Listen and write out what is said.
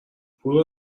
پول